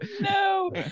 No